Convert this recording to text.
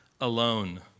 alone